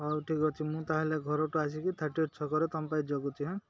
ହଉ ଠିକ୍ ଅଛି ମୁଁ ତା'ହେଲେ ଘରଠୁ ଆସିକି ଥାର୍ଟି ଏଇଟ୍ ଛକରେ ତମ ପାଇଁ ଜଗୁଛି ହଁ